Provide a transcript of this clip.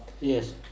yes